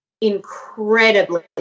incredibly